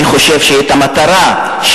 אני חושב שדרך המטרה,